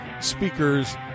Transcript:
speakers